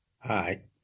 Hi